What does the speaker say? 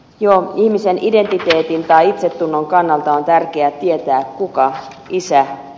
jo ihmisen identiteetin tai itsetunnon kannalta on tärkeää tietää kuka isä on